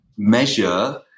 measure